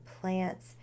plants